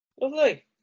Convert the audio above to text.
Lovely